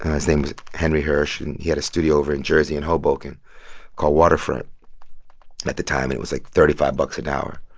his name was henry hirsch, and he had a studio over in jersey in hoboken called waterfront at the time. and it was like thirty five bucks an hour.